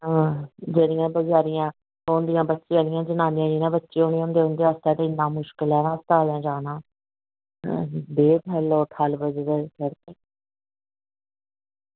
जेह्ड़ियां औंदियां बेचारियां जिनें बच्चे होने होंदे उंदे आस्तै ते बड़ा मुशकल ऐ ना अस्तालें जाना दे ठल्लो ठल्ल बजदा ई